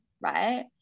Right